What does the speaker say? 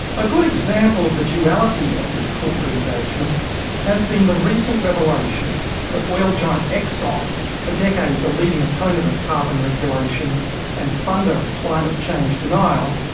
a good example of the duality of this corporate engagement has been the recent revelation that oil-giant exxon, for decades a leading opponent of carbon regulation and funder of climate change denial,